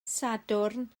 sadwrn